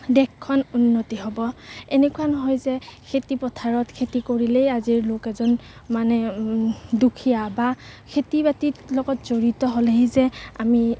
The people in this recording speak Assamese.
দেশখন উন্নতি হ'ব এনেকুৱা নহয় যে খেতি পথাৰত খেতি কৰিলেই আজিৰ লোক এজন মানে দুখীয়া বা খেতি বাতিত লগত জড়িত হ'লেহে যে আমি